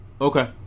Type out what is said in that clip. okay